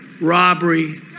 robbery